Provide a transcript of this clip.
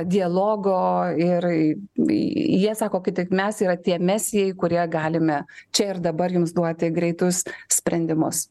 dialogo ir jie sako kitaip mes yra tie mesijai kurie galime čia ir dabar jums duoti greitus sprendimus